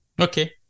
Okay